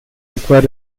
require